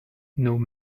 nos